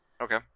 Okay